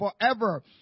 forever